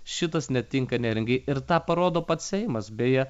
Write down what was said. šitas netinka neringai ir tą parodo pats seimas beje